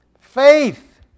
Faith